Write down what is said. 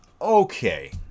okay